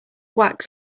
wax